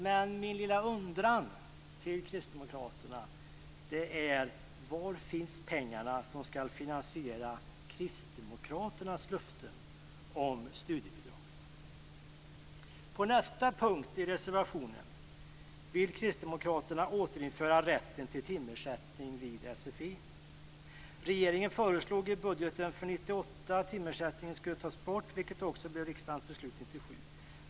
Men min lilla undran till kristdemokraterna är: Var finns pengarna som skall finansiera kristdemokraternas löften om studiebidraget? På nästa punkt i reservationen vill kristdemokraterna återinföra rätten till timersättning vid SFI. Regeringen föreslog i budgeten för 1998 att timersättningen skulle tas bort. Det blev också riksdagens beslut 1997.